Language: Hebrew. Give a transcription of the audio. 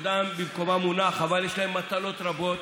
שכבודם במקומו מונח אבל יש להם מטלות רבות.